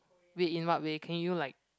wait in what way can you like